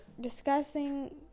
discussing